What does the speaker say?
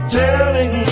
telling